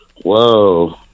Whoa